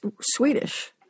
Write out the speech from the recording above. Swedish